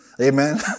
Amen